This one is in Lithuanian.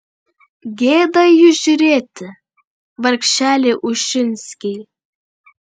gėda į jus žiūrėti vargšeliai ušinskiai